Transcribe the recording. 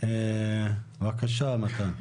בבקשה מתן.